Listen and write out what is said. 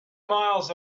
miles